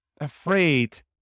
afraid